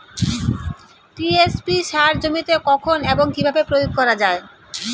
TSP সার জমিতে কখন এবং কিভাবে প্রয়োগ করা য়ায়?